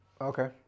okay